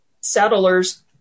settlers